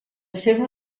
seva